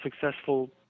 successful